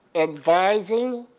advising,